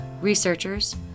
researchers